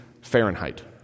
Fahrenheit